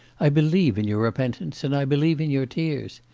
i believe in your repentance and i believe in your tears.